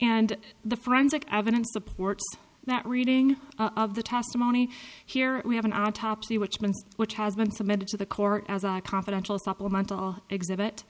and the forensic evidence supports that reading of the testimony here we have an autopsy which means which has been submitted to the court as a confidential supplemental exhibit